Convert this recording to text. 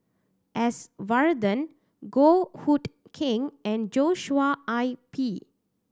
S Varathan Goh Hood Keng and Joshua I P